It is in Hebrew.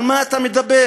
על מה אתה מדבר?